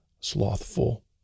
slothful